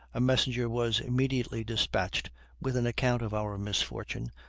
a messenger was immediately despatched with an account of our misfortune,